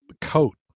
coat